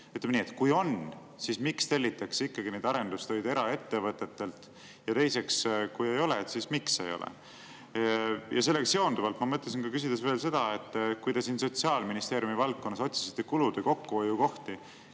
Kui on, siis miks tellitakse neid arendustöid eraettevõtetelt? Ja teiseks, kui ei ole, siis miks ei ole? Ja sellega seonduvalt ma mõtlesin küsida veel seda, et kui te Sotsiaalministeeriumi valdkonnas otsisite kulude kokkuhoiukohti,